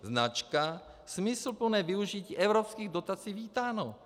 Značka: smysluplné využití evropských dotací vítáno.